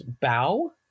bow